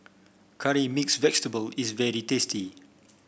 Curry Mixed Vegetable is very tasty